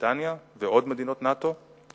בריטניה ועוד מדינות נאט"ו,